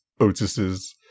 otis's